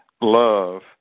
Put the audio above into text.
love